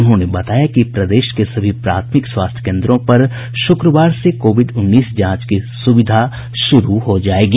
उन्होंने बताया कि प्रदेश के सभी प्राथमिक स्वास्थ्य केन्द्रों पर शुक्रवार से कोविड उन्नीस जांच की सुविधा शुरू हो जायेगी